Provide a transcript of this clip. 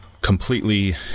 completely